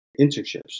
internships